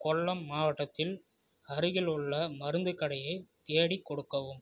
கொல்லம் மாவட்டத்தில் அருகிலுள்ள மருந்துக் கடையை தேடிக் கொடுக்கவும்